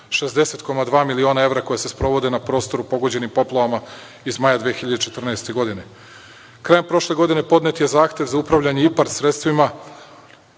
60,2 miliona evra koje se sprovode na prostoru pogođenim poplavama iz maja 2014. godine. Krajem prošle godine podnet je zahtev za upravljanje IPARD sredstvima.